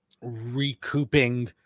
recouping